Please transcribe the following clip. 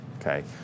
Okay